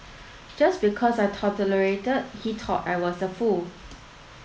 just because I tolerated he thought I was a fool